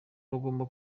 bagomba